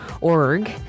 Org